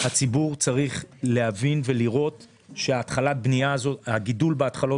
הציבור צריך להבין ולראות שהגידול בהתחלות